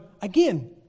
again